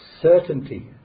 Certainty